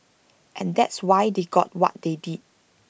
and that's why they got what they did